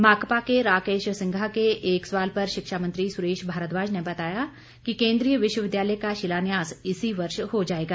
माकपा के राकेश सिंघा के एक सवाल पर शिक्षा मंत्री सुरेश भारद्वाज ने बताया कि केन्द्रीय विश्वविद्यालय का शिलान्यास इसी वर्ष हो जाएगा